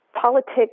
politics